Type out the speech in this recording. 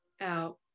out